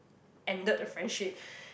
ended the friendship